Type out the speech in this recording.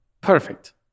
perfect